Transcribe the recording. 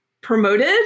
promoted